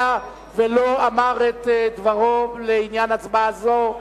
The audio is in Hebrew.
ולא אמר את דברו בעניין הצבעה זו?